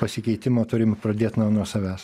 pasikeitimą turim pradėt nuo nuo savęs